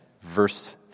verse